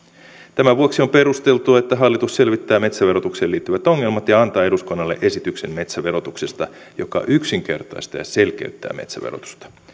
tämän vuoksi on perusteltua että hallitus selvittää metsäverotukseen liittyvät ongelmat ja antaa eduskunnalle esityksen metsäverotuksesta joka yksinkertaistaa ja selkeyttää metsäverotusta